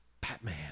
Batman